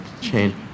chain